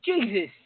Jesus